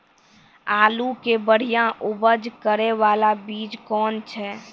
आलू के बढ़िया उपज करे बाला बीज कौन छ?